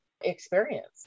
experience